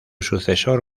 sucesor